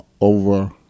over